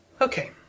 Okay